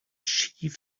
chief